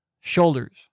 shoulders